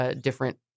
different